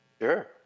Sure